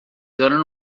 donen